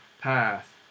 path